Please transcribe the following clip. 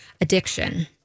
addiction